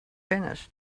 finished